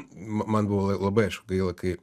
ma man buvo labai aišku gaila kai